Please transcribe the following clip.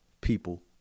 people